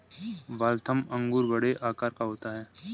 Waltham अंगूर बड़े आकार का होता है